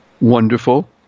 wonderful